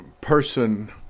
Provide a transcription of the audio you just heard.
person